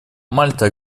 мальта